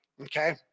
okay